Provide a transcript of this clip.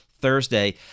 Thursday